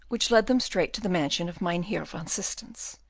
which led them straight to the mansion of mynheer van systens,